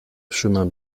chemin